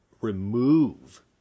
remove